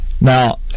Now